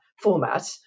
format